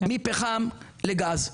מפחם לגז: